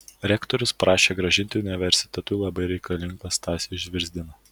rektorius prašė grąžinti universitetui labai reikalingą stasį žvirzdiną